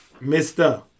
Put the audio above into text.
Mister